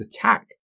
attack